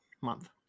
month